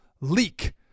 leak